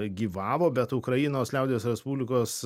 gyvavo bet ukrainos liaudies respublikos